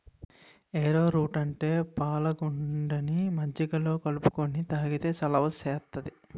ఏరో route అంటే పాలగుండని మజ్జిగలో కలుపుకొని తాగితే సలవ సేత్తాది